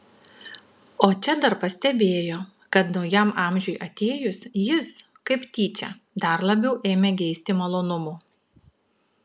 o čia dar pastebėjo kad naujam amžiui atėjus jis kaip tyčia dar labiau ėmė geisti malonumų